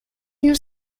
nous